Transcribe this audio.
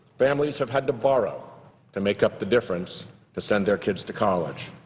families have had to borrow to make up the difference to send their kids to college.